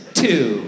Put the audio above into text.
two